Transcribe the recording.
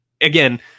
again